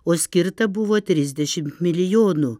o skirta buvo trisdešimt milijonų